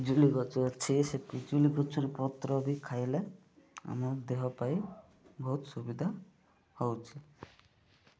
ପିଜୁଳି ଗଛ ଅଛି ସେ ପିଜୁଳି ଗଛୁର ପତ୍ର ବି ଖାଇଲେ ଆମ ଦେହ ପାଇଁ ବହୁତ ସୁବିଧା ହେଉଛି